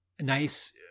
nice